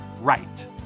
right